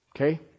Okay